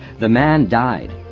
the man died,